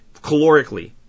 calorically